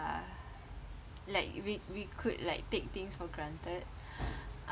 uh like we we could like take things for granted uh